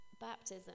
Baptism